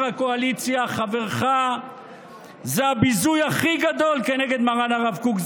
הקואליציה הם הביזוי הכי גדול כנגד מרן הרב קוק,